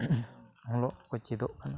ᱚᱞᱚᱜ ᱠᱚ ᱪᱮᱫᱚᱜ ᱠᱟᱱᱟ